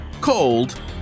cold